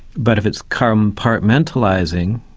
but if it's compartmentalising,